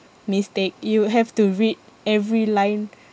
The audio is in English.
mistake you have to read every line